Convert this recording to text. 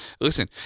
Listen